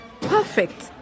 Perfect